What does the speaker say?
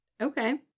Okay